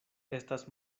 estas